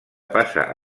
passa